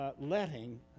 Letting